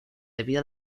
debido